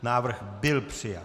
Návrh byl přijat.